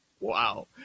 Wow